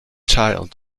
child